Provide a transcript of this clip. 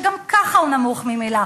שגם ככה הוא נמוך ממילא.